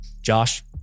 Josh